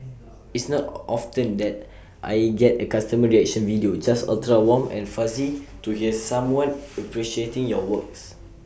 it's not often that I get A customer reaction video just ultra warm and fuzzy to hear someone appreciating your works